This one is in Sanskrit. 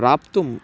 प्राप्तुं